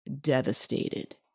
devastated